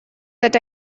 that